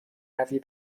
روی